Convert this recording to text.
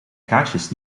kaarsjes